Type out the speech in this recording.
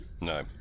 No